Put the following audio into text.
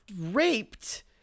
raped